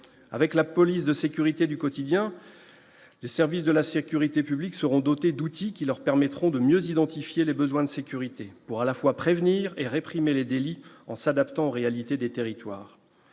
avec la police de sécurité du quotidien de service de la sécurité publique seront dotés d'outils qui leur permettront de mieux identifier les besoins de sécurité pour à la fois prévenir et réprimer les délits en s'adaptant aux réalités des territoires,